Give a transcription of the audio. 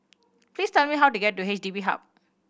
please tell me how to get to H D B Hub